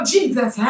Jesus